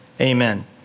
amen